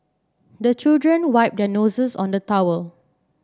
the children wipe their noses on the towel